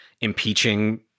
impeaching